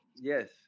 Yes